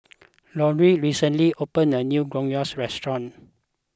Laureen recently opened a new Gyros Restaurant